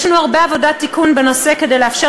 יש לנו הרבה עבודת תיקון בנושא כדי לאפשר